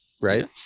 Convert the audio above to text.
right